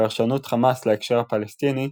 בפרשנות חמאס להקשר הפלסטיני,